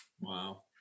wow